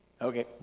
Okay